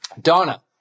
Donna